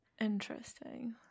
Interesting